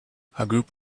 group